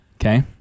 Okay